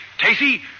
Tacey